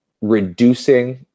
reducing